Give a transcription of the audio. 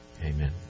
Amen